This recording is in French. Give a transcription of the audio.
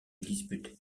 dispute